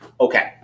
okay